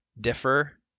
Differ